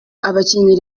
abakinnyi